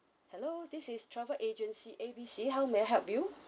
hello this is travel agency A B C how may I help you